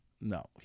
No